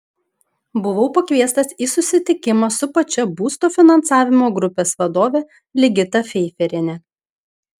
buvau pakviestas į susitikimą su pačia būsto finansavimo grupės vadove ligita feiferiene